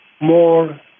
more